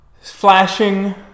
flashing